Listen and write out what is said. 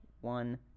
one